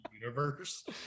universe